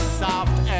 soft